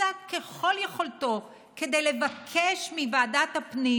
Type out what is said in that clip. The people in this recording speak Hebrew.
עשה ככל יכולתו כדי לבקש מוועדת הפנים